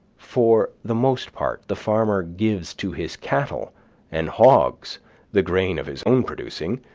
for the most part the farmer gives to his cattle and hogs the grain of his own producing,